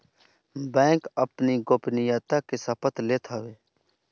bank अपनी गोपनीयता के शपथ लेत हवे